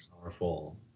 powerful